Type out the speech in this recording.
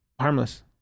harmless